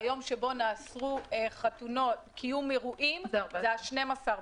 היום שבו נאסר קיום אירועים הוא 12 במרץ.